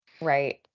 Right